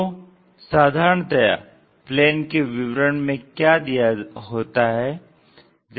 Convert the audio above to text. तो साधारणतया प्लेन के विवरण में क्या दिया होता है